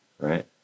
right